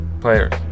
players